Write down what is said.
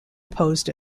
opposed